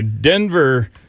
Denver